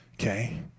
okay